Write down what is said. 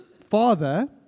Father